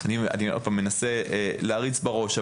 אני מנסה להריץ בראש.